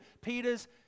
Peter's